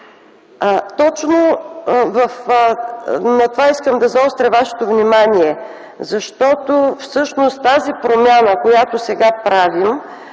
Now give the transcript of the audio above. Точно на това искам да заостря вашето внимание, защото тази промяна, която сега правим,